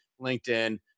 LinkedIn